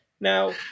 Now